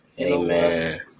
amen